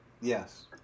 Yes